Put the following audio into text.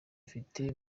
afite